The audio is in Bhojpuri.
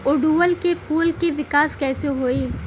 ओड़ुउल के फूल के विकास कैसे होई?